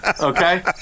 okay